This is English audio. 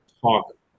talk